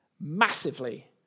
massively